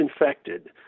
infected